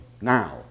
now